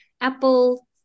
Apple